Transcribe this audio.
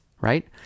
right